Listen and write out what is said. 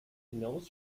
hinaus